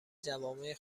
جوامع